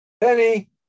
Penny